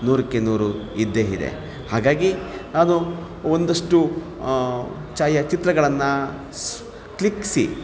ನೂರಕ್ಕೆ ನೂರು ಇದ್ದೇ ಇದೆ ಹಾಗಾಗಿ ಅದು ಒಂದಷ್ಟು ಛಾಯಾಚಿತ್ರಗಳನ್ನ ಕ್ಲಿಕ್ಸಿ